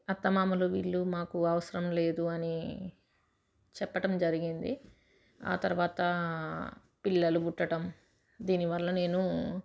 అత్తమామలు వీళ్ళు మాకు అవసరం లేదు అని చెప్పటం జరిగింది ఆ తర్వాత పిల్లలు పుట్టడం దీనివల్ల నేను